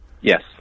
yes